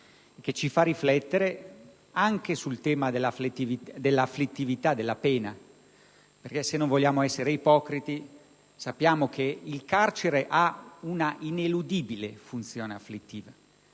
che ci fa riflettere anche sul tema dell'afflittività della pena. Infatti, se non vogliamo essere ipocriti, sappiamo che il carcere ha una ineludibile funzione afflittiva: